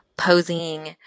Posing